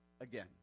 again